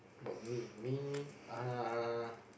about me me uh